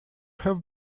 have